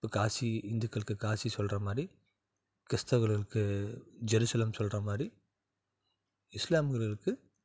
இப்போ காசி இந்துக்களுக்கு காசி சொல்கிற மாதிரி கிறிஸ்துவர்களுக்கு ஜெருசலேம் சொல்கிறா மாதிரி இஸ்லாமியர்களுக்கு